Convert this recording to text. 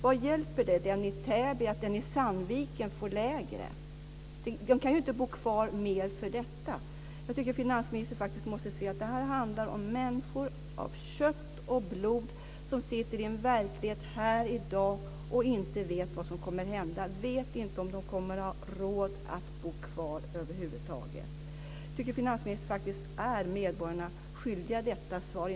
Hur hjälper det den i Täby att den i Sandviken får lägre skatt? Den personen kan inte bo kvar mer för detta. Jag tycker att finansministern måste se att det handlar om människor av kött och blod som sitter i en verklighet här i dag och inte vet vad som kommer att hända. De vet inte om de kommer att ha råd att bo kvar över huvud taget. Jag tycker att finansministern är skyldig medborgarna detta svar.